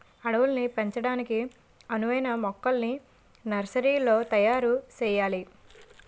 అడవుల్ని పెంచడానికి అనువైన మొక్కల్ని నర్సరీలో తయారు సెయ్యాలి